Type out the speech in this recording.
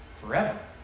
forever